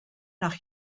nach